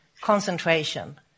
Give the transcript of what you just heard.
concentration